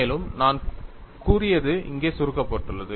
மேலும் நான் கூறியது இங்கே சுருக்கப்பட்டுள்ளது